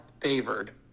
favored